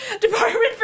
Department